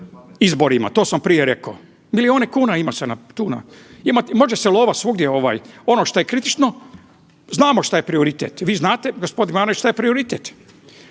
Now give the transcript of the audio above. izborima, to sam prije rekao. Milijune kuna se ima, može se lova svugdje ono što je kritično, znamo šta je prioritet. I vi znate gospodine Jovanović šta je prioritet.